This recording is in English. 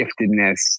giftedness